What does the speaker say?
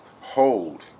hold